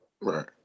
right